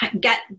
get